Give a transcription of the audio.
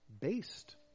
based